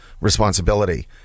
responsibility